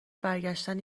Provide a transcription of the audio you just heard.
برگشتن